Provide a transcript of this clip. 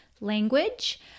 language